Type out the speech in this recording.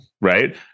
right